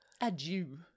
adieu